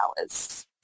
hours